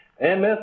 MS